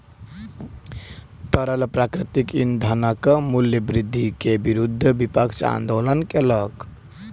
तरल प्राकृतिक ईंधनक मूल्य वृद्धि के विरुद्ध विपक्ष आंदोलन केलक